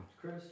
Chris